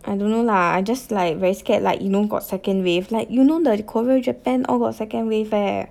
I don't know lah I just like very scared like you know got second wave like you know the Korea Japan all got second wave eh